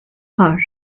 her